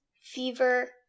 fever